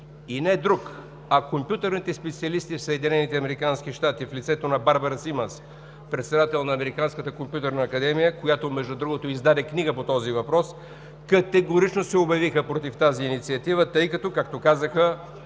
И не друг, а компютърните специалисти в Съединените американски щати в лицето на Барбара Симънс – председател на Американската компютърна академия, която издаде книга по този въпрос, категорично се обявиха против тази инициатива, тъй като, както казаха,